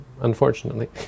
unfortunately